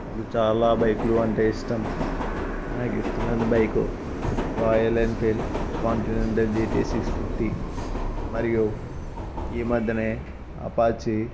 నాకు చాలా బైక్లు అంటే ఇష్టం నాకు ఇష్టమైన bike Royal Enfield continent GT six fifty మరియు ఈ మధ్యనే అపాచీ